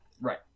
Right